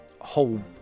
whole